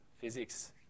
physics